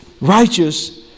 righteous